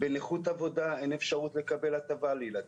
בנכות עבודה אין אפשרות לקבל הטבה לילדים.